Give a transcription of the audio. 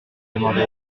demanda